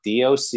DOC